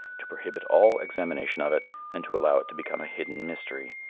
to prohibit all examination of it and to allow it to become a hidden mystery,